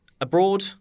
abroad